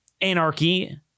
anarchy